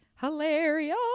hilarious